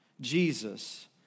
Jesus